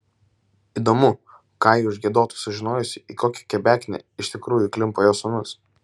įdomu ką ji užgiedotų sužinojusi į kokią kebeknę iš tikrųjų įklimpo jos sūnus